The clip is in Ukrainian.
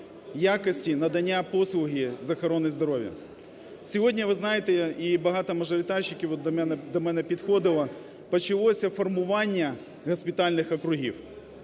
якості надання послуги з охорони здоров'я. Сьогодні, ви знаєте, і багато мажоритарщиків, от до мене підходило, почалося формування госпітальних округів.